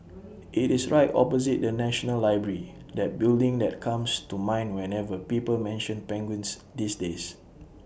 IT is right opposite the National Library that building that comes to mind whenever people mention penguins these days